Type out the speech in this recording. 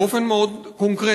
באופן מאוד קונקרטי,